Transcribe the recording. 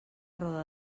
roda